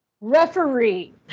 referee